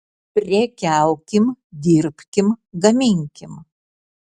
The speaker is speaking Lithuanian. prekiaukim dirbkim gaminkim